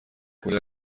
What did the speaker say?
کولر